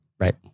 Right